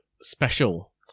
special